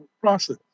process